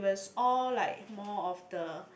all like more of the